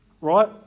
right